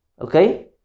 Okay